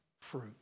fruit